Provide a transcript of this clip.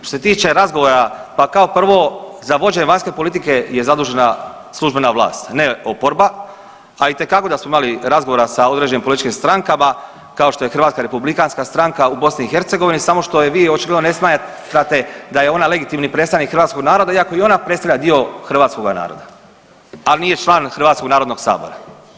Što se tiče razgovora, pa kao prvo za vođenje vanjske politike je zadužena službena vlast ne oporba, a itekako da smo imali razgovora sa određenim političkim strankama kao što je Hrvatska republikanska stranka u BiH samo što je vi očigledno ne smatrate da je ona legitimni predstavnik hrvatskog naroda iako i ona predstavlja dio hrvatskoga naroda, al nije član Hrvatskog narodnog sabora.